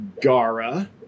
Gara